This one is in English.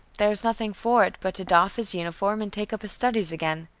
there was nothing for it, but to doff his uniform and take up his studies again.